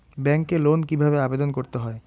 ব্যাংকে লোন কিভাবে আবেদন করতে হয়?